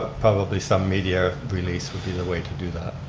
ah probably some media release would be the way to do that.